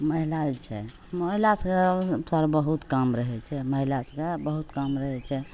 महिला जे छै महिलासभ सर बहुत काम रहै छै महिला सभकेँ बहुत काम रहै छै